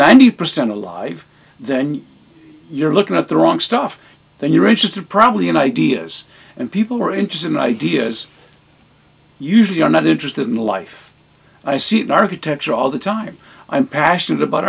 ninety percent alive then you're looking at the wrong stuff then you're interested probably in ideas and people who are interested in ideas usually are not interested in the life i see in architecture all the time i'm passionate about